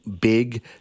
big